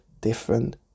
different